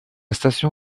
station